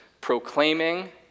proclaiming